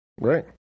Right